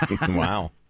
Wow